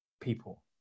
people